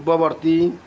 ପୂର୍ବବର୍ତ୍ତୀ